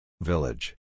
Village